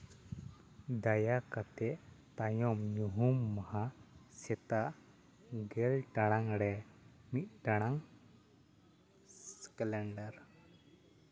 ᱫᱟᱭᱟ ᱠᱟᱛᱮᱫ ᱛᱟᱭᱚᱢ ᱧᱩᱦᱩᱢ ᱢᱟᱦᱟ ᱥᱮᱛᱟᱜ ᱜᱮᱞ ᱴᱟᱲᱟᱝ ᱨᱮ ᱢᱤᱫᱴᱟᱲᱟᱝ ᱠᱮᱞᱮᱱᱰᱟᱨ